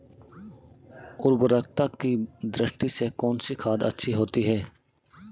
उर्वरकता की दृष्टि से कौनसी खाद अच्छी होती है?